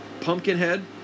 Pumpkinhead